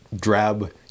Drab